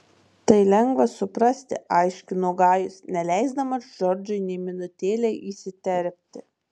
tai lengva suprasti aiškino gajus neleisdamas džordžui nė minutėlei įsiterpti